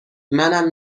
منم